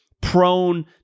prone